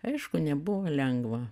aišku nebuvo lengva